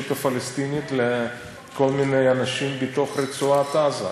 הפלסטינית לכל מיני אנשים בתוך רצועת עזה.